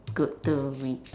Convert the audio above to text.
good to read